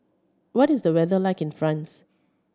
what is the weather like in France